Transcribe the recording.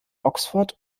oxford